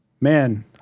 Man